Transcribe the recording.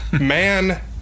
Man